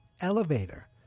elevator